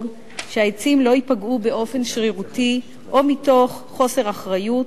שהעצים לא ייפגעו באופן שרירותי או מתוך חוסר אחריות,